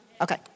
Okay